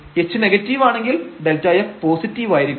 h negative ആണെങ്കിൽ Δf positive ആയിരിക്കും